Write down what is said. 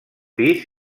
pis